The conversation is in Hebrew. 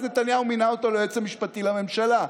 נתניהו מינה אותו ליועץ המשפטי לממשלה.